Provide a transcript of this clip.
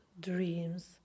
dreams